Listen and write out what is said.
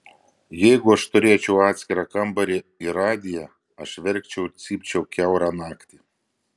jeigu aš turėčiau atskirą kambarį ir radiją aš verkčiau ir cypčiau kiaurą naktį